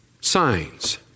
signs